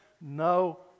no